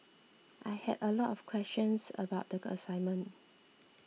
I had a lot of questions about the assignment